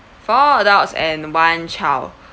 four adults and one child